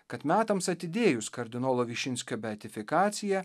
kad metams atidėjus kardinolo višinskio beatifikaciją